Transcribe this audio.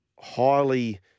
highly